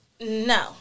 No